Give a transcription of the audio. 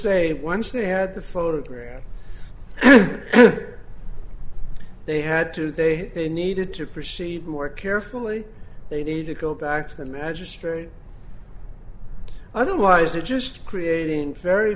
they once they had the photograph they had to they had they needed to proceed more carefully they need to go back to the magistrate otherwise it just creating very